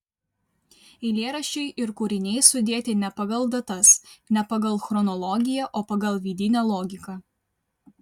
eilėraščiai ir kūriniai sudėti ne pagal datas ne pagal chronologiją o pagal vidinę logiką